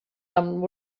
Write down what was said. amb